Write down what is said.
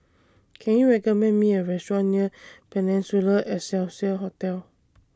Can YOU recommend Me A Restaurant near Peninsula Excelsior Hotel